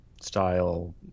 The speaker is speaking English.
style